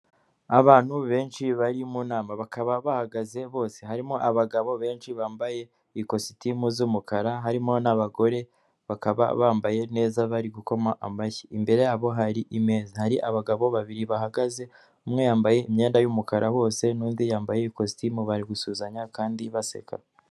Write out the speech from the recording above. Abantu benshi bari mu nama bakaba bahagaze bose harimo abagabo benshi bambaye ikositimu z'umukara harimo n'abagore bakaba bambaye neza bari gukoma amashyi imbere yabo hari imeza hari abagabo babiri bahagaze umwe yambaye imyenda y'umukara bose n'undi yambaye ikositimu bari gusuzanya kandi baseka.